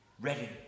Ready